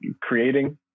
creating